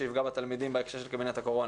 שיפגע בתלמידים בהקשר של קבינט הקורונה.